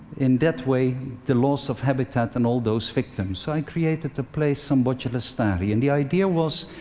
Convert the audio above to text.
in that way, the loss of habitat and all those victims. so i created the place samboja lestari, and the idea was,